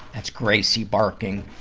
that's gracie barking.